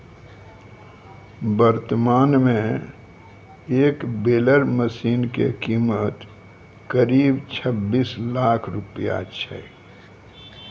वर्तमान मॅ एक बेलर मशीन के कीमत करीब छब्बीस लाख रूपया छै